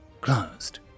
closed